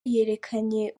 yerekanye